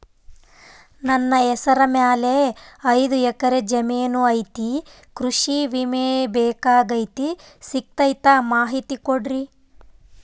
ನನ್ನ ಹೆಸರ ಮ್ಯಾಲೆ ಐದು ಎಕರೆ ಜಮೇನು ಐತಿ ಕೃಷಿ ವಿಮೆ ಬೇಕಾಗೈತಿ ಸಿಗ್ತೈತಾ ಮಾಹಿತಿ ಕೊಡ್ರಿ?